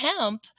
Hemp